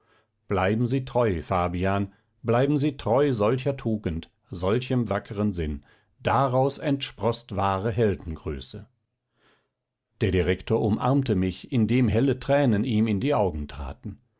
bleiben sie treu fabian bleiben sie treu solcher tugend solchem wackren sinn daraus entsproßt wahre heldengröße der rektor umarmte mich indem helle tränen ihm in die augen traten